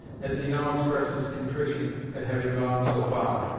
as he now expressed his contrition at having gone so far.